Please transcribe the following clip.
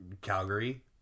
Calgary